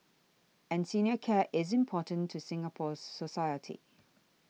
and senior care isn't important to Singapore society